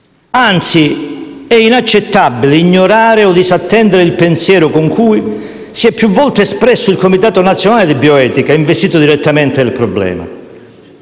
fa? È inaccettabile ignorare o disattendere il pensiero con cui si è più volte espresso il Comitato nazionale di bioetica, investito direttamente del problema.